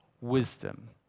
wisdom